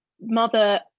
mother